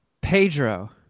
Pedro